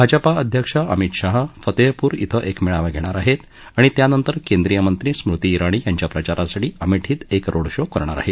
भाजपा अध्यक्ष अमित शाह फतेहपूर इथं एक मेळावा घेणार आहेत आणि त्यानंतर केंद्रीय मंत्री स्मृती इराणी यांच्या प्रचारासाठी अमेठीमध्ये एक रोड शो करणार आहेत